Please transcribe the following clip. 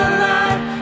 alive